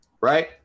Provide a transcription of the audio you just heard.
right